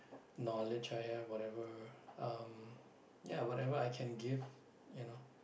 knowledge I have whatever I can give you know